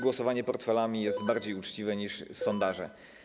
Głosowanie portfelami jest bardziej uczciwe niż sondaże.